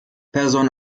person